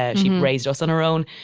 ah she raised us on her own.